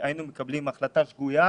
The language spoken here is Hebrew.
היינו מקבלים החלטה שגויה,